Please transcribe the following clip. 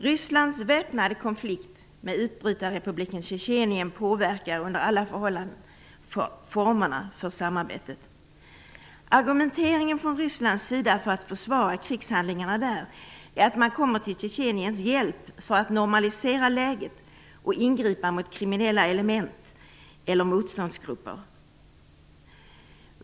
Rysslands väpnade konflikt med utbrytarrepubliken Tjetjenien påverkar under alla förhållanden formerna för samarbetet. Rysslands argument för att försvara krigshandlingarna är att man kommer till Tjetjeniens hjälp med att formalisera läget och att man ingriper mot kriminella element eller motståndsgrupper.